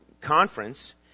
conference